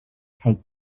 take